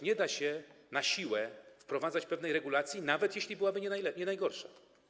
Nie da się na siłę wprowadzać pewnej regulacji, nawet jeśli byłaby nie najgorsza.